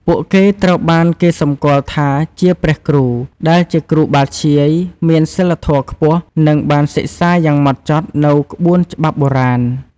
ពួកគេត្រូវបានគេស្គាល់ថាជា ព្រះគ្រូ ដែលជាគ្រូបាធ្យាយមានសីលធម៌ខ្ពស់ និងបានសិក្សាយ៉ាងហ្មត់ចត់នូវក្បួនច្បាប់បុរាណ។